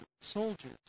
soldiers